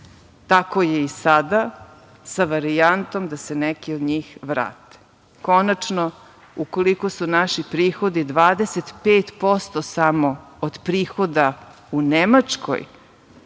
tako je i sada, sa varijantom da se neki od njih vrate. Konačno, ukoliko su naši prihodi 25% samo od prihoda u Nemačkoj,